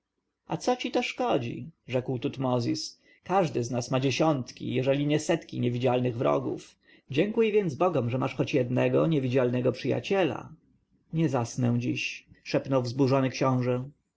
ukrywał a co ci to szkodzi rzekł tutmozis każdy z nas ma dziesiątki jeżeli nie setki niewidzialnych wrogów dziękuj więc bogom że masz choć jednego niewidzialnego przyjaciela nie zasnę dziś szepnął wzburzony książę